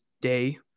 day